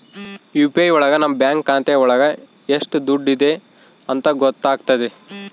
UPI ಒಳಗ ನಮ್ bank ಖಾತೆ ಒಳಗ ಎಷ್ಟ್ ದುಡ್ಡಿದೆ ಅಂತ ಗೊತ್ತಾಗ್ತದೆ